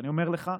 ואני אומר לך,